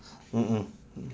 mm mm